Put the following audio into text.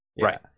Right